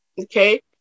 okay